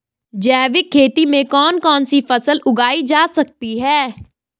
जैविक खेती में कौन कौन सी फसल उगाई जा सकती है?